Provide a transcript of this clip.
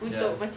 ya